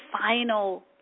final